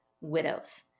widows